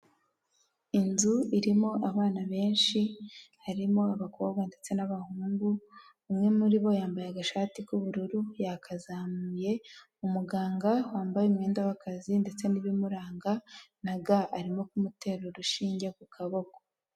Inzu irimo abana benshi harimo abakobwa ndetse n'abahungu, umwe muri bo yambaye agashati k'ubururu yakazamuye, umuganga wambaye umwenda w'akazi ndetse n'ibimuranga arimo kumutera urushinge ku kaboko.